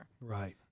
Right